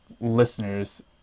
listeners